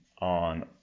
on